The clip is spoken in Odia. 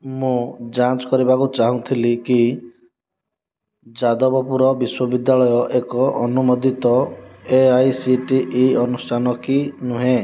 ମୁଁ ଯାଞ୍ଚ କରିବାକୁ ଚାହୁଁଥିଲି କି ଯାଦବପୁର ବିଶ୍ୱବିଦ୍ୟାଳୟ ଏକ ଅନୁମୋଦିତ A I C T E ଅନୁଷ୍ଠାନ କି ନୁହେଁ